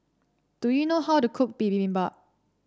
do you know how to cook Bibimbap